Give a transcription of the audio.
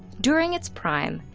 during its prime,